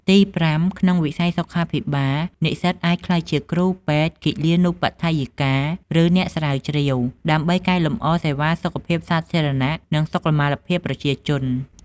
ទីប្រាំ ក្នុងវិស័យសុខាភិបាល និស្សិតអាចក្លាយជាគ្រូពេទ្យ គិលានុបដ្ឋាយិកា ឬអ្នកស្រាវជ្រាវ ដើម្បីកែលម្អសេវាសុខភាពសាធារណៈ និងសុខុមាលភាពប្រជាជន។